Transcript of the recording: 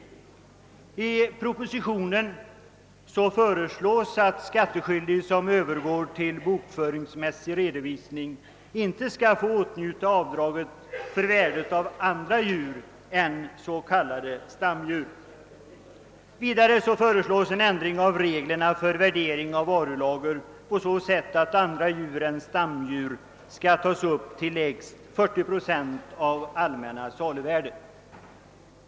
Det föreslås i propositionen att skattskyldig som övergår till bokföringsmässig redovisning inte skall få göra avdrag för värdet av andra djur än så kallade stamdjur. Vidare föreslås sådan ändring av reglerna för varulager att andra djur än stamdjur skall få tas upp till lägst 40 procent av allmänna saluvärdet.